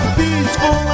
peaceful